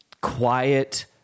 quiet